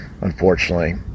unfortunately